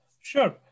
Sure